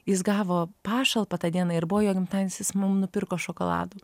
jis gavo pašalpą tą dieną ir buvo jo gimtadienis jis mum nupirko šokolado